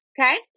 Okay